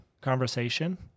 conversation